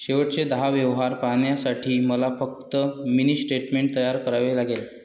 शेवटचे दहा व्यवहार पाहण्यासाठी मला फक्त मिनी स्टेटमेंट तयार करावे लागेल